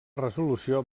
resolució